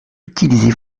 utiliser